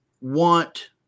want